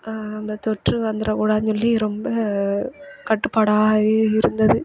அந்த தொற்று வந்துவிடக்கூடாது சொல்லி ரொம்ப கட்டுப்பாடாகவே இருந்தது